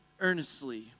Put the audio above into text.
earnestly